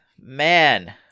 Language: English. man